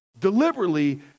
deliberately